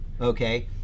Okay